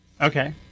okay